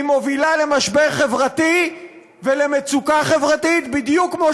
היא מובילה למשבר חברתי ולמצוקה חברתית בדיוק כמו